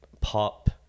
pop